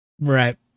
Right